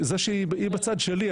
היא בצד שלי,